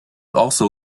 also